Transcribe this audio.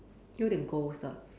有一点 ghost 的